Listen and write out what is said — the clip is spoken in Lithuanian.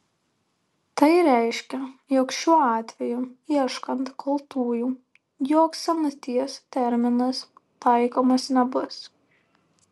tai reiškia jog šiuo atveju ieškant kaltųjų joks senaties terminas taikomas nebus